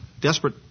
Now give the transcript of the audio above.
desperate